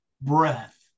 breath